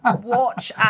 watch